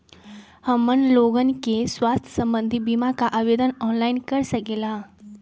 हमन लोगन के स्वास्थ्य संबंधित बिमा का आवेदन ऑनलाइन कर सकेला?